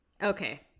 Okay